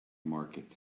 market